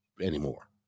anymore